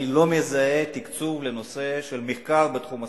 אני לא מזהה תקצוב למחקר בתחום הסוכרת,